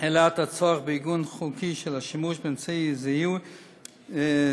העלה את הצורך בעיגון חוקי של השימוש באמצעי זיהוי זה,